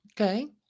Okay